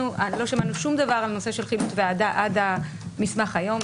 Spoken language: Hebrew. אנחנו לא שמענו שום דבר על נושא של חילוט עד המסמך היום.